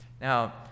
Now